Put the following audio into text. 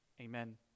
Amen